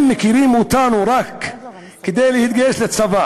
אם מכירים אותנו רק כדי להתגייס לצבא